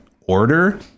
order